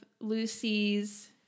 Lucy's